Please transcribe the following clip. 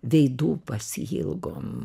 veidų pasiilgom